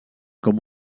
com